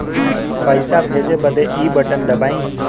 पइसा भेजे बदे ई बटन दबाई